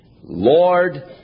Lord